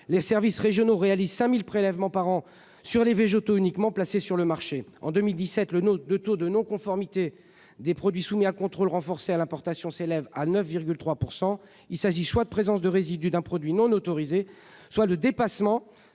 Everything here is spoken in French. Les services régionaux réalisent 5 000 prélèvements par an sur les végétaux placés sur le marché. En 2017, le taux de non-conformité des produits soumis à un contrôle renforcé à l'importation s'élève à 9,3 %. Il est lié soit à la présence de résidus d'un produit non autorisé, soit au dépassement